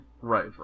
right